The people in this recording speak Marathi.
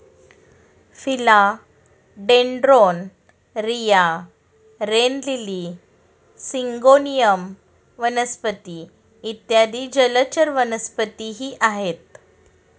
फिला डेन्ड्रोन, रिया, रेन लिली, सिंगोनियम वनस्पती इत्यादी जलचर वनस्पतीही आहेत